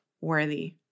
worthy